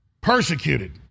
persecuted